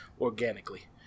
organically